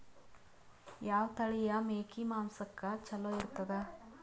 ಯಾವ ತಳಿಯ ಮೇಕಿ ಮಾಂಸಕ್ಕ ಚಲೋ ಇರ್ತದ?